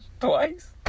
twice